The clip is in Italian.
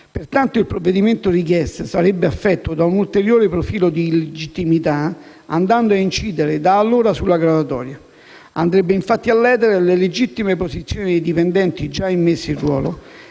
Pertanto, il provvedimento richiesto sarebbe affetto da un ulteriore profilo di illegittimità andando a incidere, da allora, sulla graduatoria: andrebbe infatti a ledere le legittime posizioni dei dipendenti già immessi in ruolo